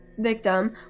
victim